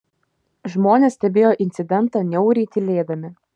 žmonės stebėjo incidentą niauriai tylėdami